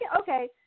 okay